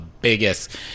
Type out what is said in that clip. biggest